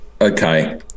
Okay